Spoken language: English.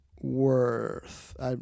worth